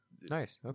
Nice